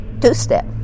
two-step